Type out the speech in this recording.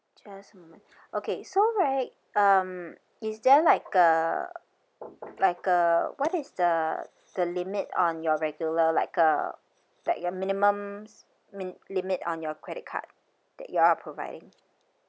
just a moment okay so right um is there like a like a what is the the limit on your regular like a like a minimum min~ limit on your credit card that you all are providing